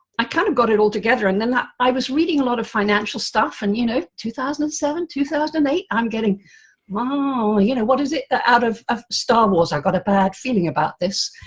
i kind of got it all together, and then that i was reading a lot of financial stuff. and you know two thousand and seven two thousand and eight i'm getting you know what is it out of of star wars i got a bad feeling about this.